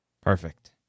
Perfect